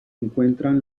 encuentran